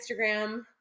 Instagram